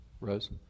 Rose